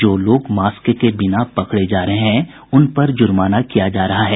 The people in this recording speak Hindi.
जो लोग मास्क के बिना पकड़े जा रहे हैं उनपर जुर्माना किया जा रहा है